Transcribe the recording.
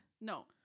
No